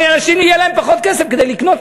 הרי אנשים יהיה להם פחות כסף כדי לקנות,